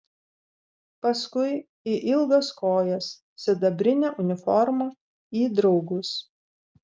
paskui į ilgas kojas sidabrinę uniformą į draugus